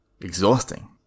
exhausting